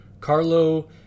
Carlo